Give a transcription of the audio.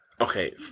Okay